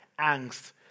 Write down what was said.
angst